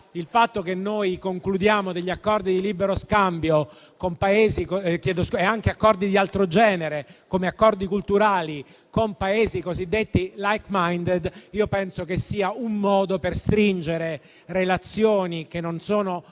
il fatto di concludere accordi di libero scambio e anche di altro genere, come quelli culturali, con Paesi cosiddetti *like-minded*, penso che sia un modo per stringere relazioni che non sono